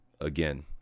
again